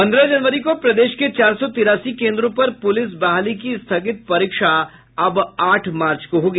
पन्द्रह जनवरी को प्रदेश के चार सौ तिरासी कोन्द्रों पर पुलिस बहाली की स्थगित परीक्षा अब आठ मार्च को होगी